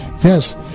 yes